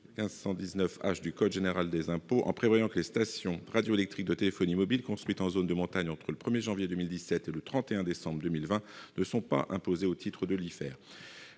1519 H du code général des impôts, en prévoyant que les stations radioélectriques de téléphonie mobile construites en zone de montagne entre le 1 janvier 2017 et le 31 décembre 2020 ne sont pas imposées au titre de l'IFER.